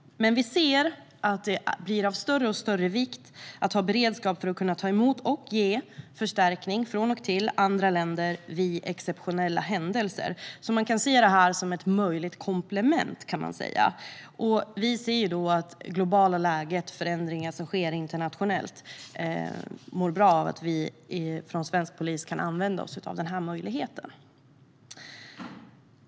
Men vi ser att det blir av större och större vikt att ha beredskap för att kunna ta emot och ge förstärkning från och till andra länder vid exceptionella händelser. Man kan se detta som ett möjligt komplement, kan man säga. Vi ser det globala läget och förändringar som sker internationellt. Vi mår bra av att svensk polis kan använda sig av den här möjligheten.